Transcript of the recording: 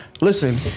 Listen